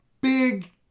big